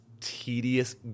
tedious